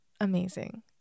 amazing